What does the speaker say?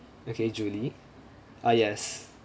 okay julie uh yes